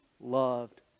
loved